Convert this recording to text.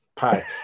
Hi